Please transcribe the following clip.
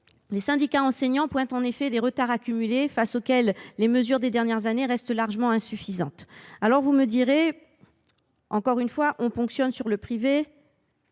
Les syndicats d’enseignants pointent en effet les retards accumulés face auxquels les mesures des dernières années restent largement insuffisantes. Pour ce faire, encore une fois, le privé